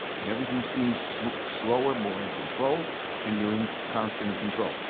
and everything seems slower, more in control and you're in constant in control.